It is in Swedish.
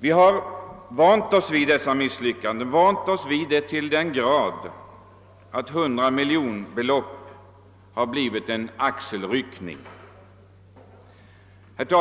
Vi har vant oss vid dessa misslyckanden, vant oss vid dem till den grad att hundramiljonbelopp endast föranlett en axelryckning. Det